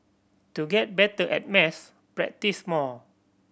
to get better at maths practise more